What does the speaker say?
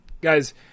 Guys